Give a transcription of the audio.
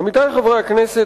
עמיתי חברי הכנסת,